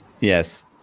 yes